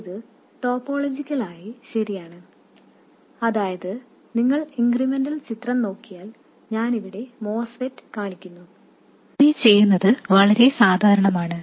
അതിനാൽ ഇത് ടോപ്പോളജിക്കലായി ശരിയാണ് അതായത് നിങ്ങൾ ഇൻക്രിമെന്റൽ ചിത്രം നോക്കിയാൽ ഞാൻ ഇവിടെ മോസ്ഫെറ്റ് കാണിക്കുന്നു ഇങ്ങനെ ചെയ്യുന്നത് വളരെ സാധാരണമാണ്